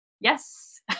Yes